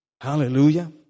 Hallelujah